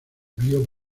vio